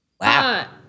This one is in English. Wow